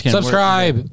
Subscribe